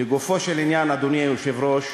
לגופו של עניין, אדוני היושב-ראש,